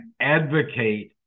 advocate